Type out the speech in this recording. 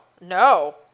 No